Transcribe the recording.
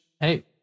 hey